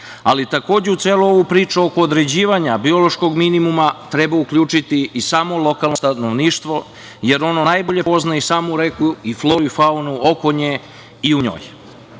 Takođe u celu ovu priču oko određivanja biološkog minimuma treba uključiti i samo lokalno stanovništvo jer ono najbolje poznaje samu reku i floru i faunu oko nje i u